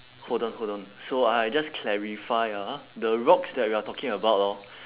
hold on hold on so I just clarify ah the rocks that we're talking about hor